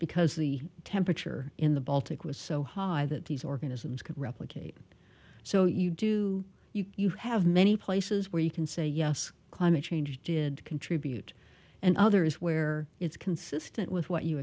because the temperature in the baltic was so high that these organisms could replicate so you do you have many places where you can say yes climate change did contribute and others where it's consistent with what you